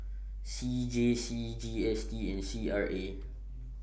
C J C G S T and C R A